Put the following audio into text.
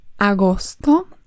Agosto